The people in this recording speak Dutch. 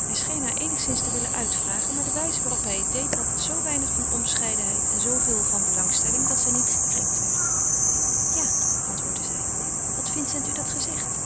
hij scheen haar eenigszins te willen uitvragen maar de wijze waarop hij het deed had zoo weinig van onbescheidenheid en zooveel van belangstelling dat zij niet gekrenkt werd ja antwoordde zij had vincent u dat gezegd